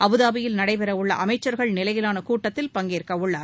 அபுதாபியில் நடைபெறவுள்ள அமைச்சர்கள் நிலையிலான கூட்டத்தில் பங்கேற்க உள்ளார்